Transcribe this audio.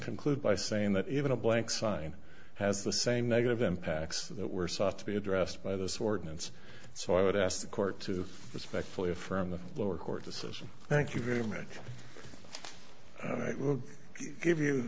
conclude by saying that even a blank sign has the same negative impacts that were sought to be addressed by this ordinance so i would ask the court to respectfully affirm the lower court decision thank you very much and i would give you